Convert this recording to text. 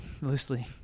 Loosely